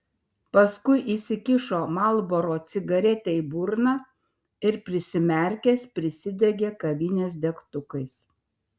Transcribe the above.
paskui įsikišo marlboro cigaretę į burną ir prisimerkęs prisidegė kavinės degtukais